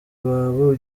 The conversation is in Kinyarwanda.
wawe